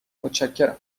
متشکرم